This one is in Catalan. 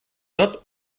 tot